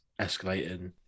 escalating